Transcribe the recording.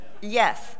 Yes